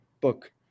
book